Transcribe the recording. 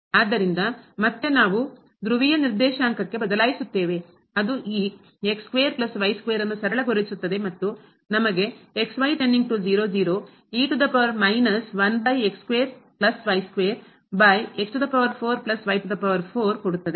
ಆದ್ದರಿಂದ ಮತ್ತೆ ನಾವು ಧ್ರುವೀಯ ನಿರ್ದೇಶಾಂಕಕ್ಕೆ ಬದಲಾಯಿಸುತ್ತೇವೆ ಅದು ಈ ಅನ್ನು ಸರಳಗೊಳಿಸುತ್ತದೆ ಮತ್ತು ನಮಗೆ ಕೊಡುತ್ತದೆ